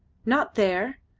not there!